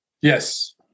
Yes